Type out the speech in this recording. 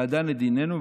והדן את דיננו,